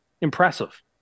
impressive